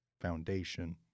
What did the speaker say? foundation